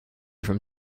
from